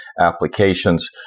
applications